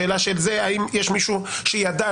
האם יש מישהו שידע,